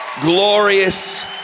glorious